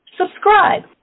Subscribe